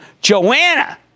Joanna